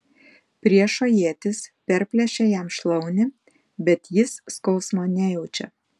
priešo ietis perplėšia jam šlaunį bet jis skausmo nejaučia